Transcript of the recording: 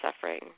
suffering